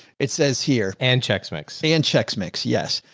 it says here and checks, mics and checks mix. yes.